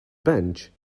bench